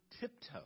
tiptoe